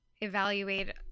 evaluate